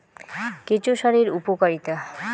কেঁচো সারের উপকারিতা?